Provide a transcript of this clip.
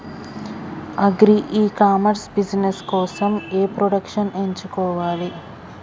Agri e commerce business కోసము ఏ products ఎంచుకోవాలి?